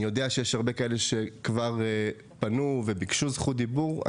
אני יודע שיש הרבה כאלה שכבר פנו וביקשו זכות דיבור.